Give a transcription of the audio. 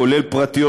כולל פרטיות,